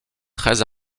très